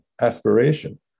aspiration